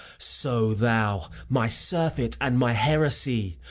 so thou, my surfeit and my heresy,